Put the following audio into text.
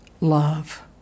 love